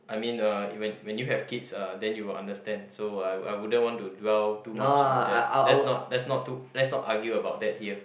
I mean uh when when you have kids uh then you will understand so I I wouldn't want to dwell too much on that let's not let's not to let's not argue about that here